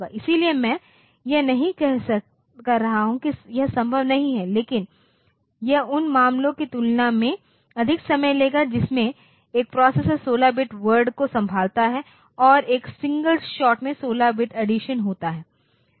इसलिए मैं यह नहीं कह रहा हूं कि यह संभव नहीं है लेकिन यह उस मामले की तुलना में अधिक समय लेगा जिसमें एक प्रोसेसर 16 बिट वर्ड को संभालता है और एक सिंगल शॉट में 16 बिट अड्डीसन होता है